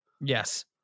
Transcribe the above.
Yes